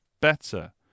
better